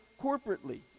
corporately